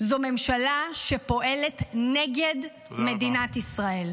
זו ממשלה שפועלת נגד מדינת ישראל.